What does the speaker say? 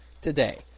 today